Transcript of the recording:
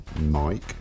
Mike